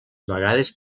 vegades